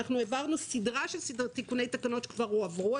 העברנו סדרה של תיקוני תקנות שכבר הועברו.